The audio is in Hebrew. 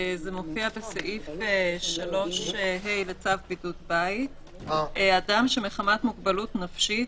בסעיף 3ה לצו בידוד בית אדם שמחמת מוגבלות נפשית,